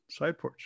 SidePorch